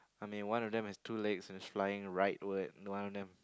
I mean one of them is two legs and flying rightward and one of them